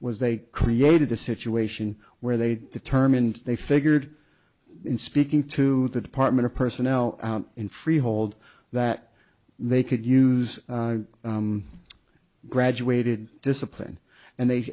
was they created a situation where they determined they figured in speaking to the department of personnel in freehold that they could use graduated discipline and they